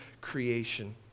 creation